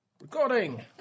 Recording